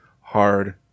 hard